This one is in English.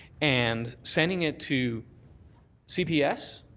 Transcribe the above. and sending it to cps